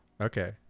Okay